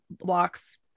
walks